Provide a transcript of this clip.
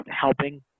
helping